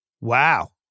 Wow